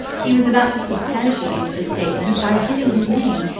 he was about to substantiate the statement by giving his name,